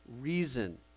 reason